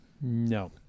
no